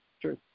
true